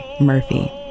Murphy